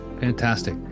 Fantastic